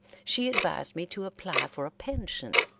she advised me to apply for a pension.